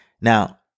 Now